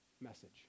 message